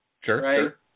Sure